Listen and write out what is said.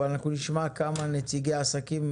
אבל נשמע כמה נציגי עסקים,